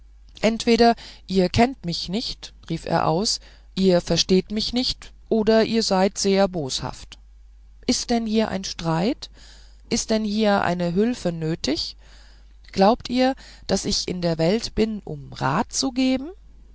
entweder ihr kennt mich nicht rief er aus ihr versteht mich nicht oder ihr seid sehr boshaft ist denn hier ein streit ist denn hier eine hülfe nötig glaubt ihr daß ich in der welt bin um rat zu geben